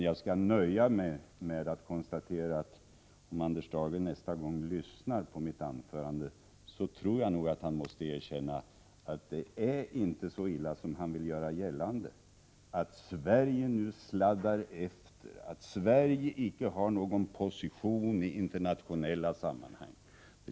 Jag skall nöja mig med att säga att om Anders Dahlgren lyssnade på mitt anförande, måste han erkänna att det inte är så illa som han vill göra gällande, att Sverige nu sladdar efter, att Sverige icke har någon position i internationella sammanhang.